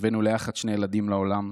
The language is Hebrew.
הבאנו יחד שני ילדים לעולם,